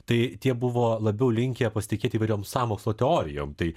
tai tie buvo labiau linkę pasitikėt įvairiom sąmokslo teorijom tai